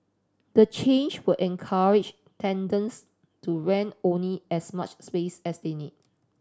the change will encourage tenants to rent only as much space as they need